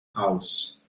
house